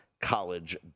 college